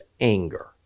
anger